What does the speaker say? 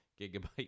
gigabyte